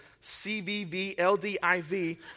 C-V-V-L-D-I-V